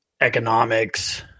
economics